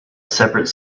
separate